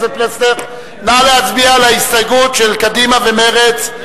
נא להצביע על ההסתייגות של קדימה ומרצ.